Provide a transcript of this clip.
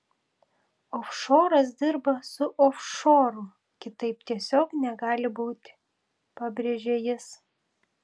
ofšoras dirba su ofšoru kitaip tiesiog negali būti pabrėžė jis